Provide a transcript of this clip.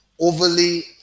overly